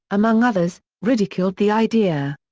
among others, ridiculed the idea.